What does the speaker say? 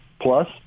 plus